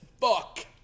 fuck